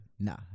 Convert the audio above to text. Nah